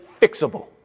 fixable